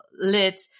lit